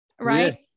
Right